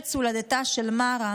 ארץ הולדתה של מארה,